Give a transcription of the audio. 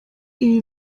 ibi